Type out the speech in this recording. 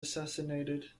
assassinated